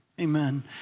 amen